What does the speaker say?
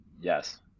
yes